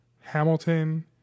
Hamilton